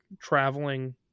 traveling